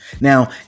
Now